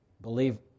believe